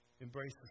embrace